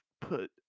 put